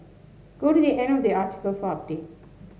go to the end of the article for update